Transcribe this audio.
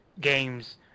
games